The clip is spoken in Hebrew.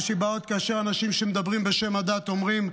יש לי בעיות כאשר אנשים שמדברים בשם הדת אומרים: